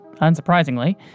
unsurprisingly